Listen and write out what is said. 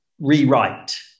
rewrite